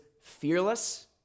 fearless